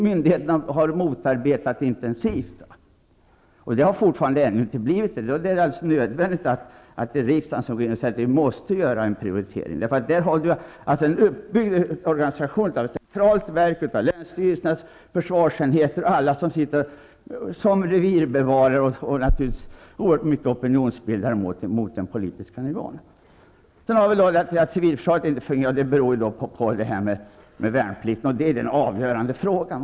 Myndigheterna har tidigare intensivt motarbetat detta. Det har ännu inte kommit till stånd, och det är därför alldeles nödvändigt att riksdagen säger att vi måste göra en prioritering. Vi har stora hinder i ett centralt verk, och länsstyrelsernas försvarsenheter, där alla sitter som revirbevarare och även fungerar som opinionsbildare mot den politiska nivån. Att civilförsvaret inte fungerar beror på att värnpliktiga endast förts till det militära försvaret.